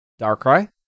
Darkrai